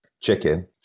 chicken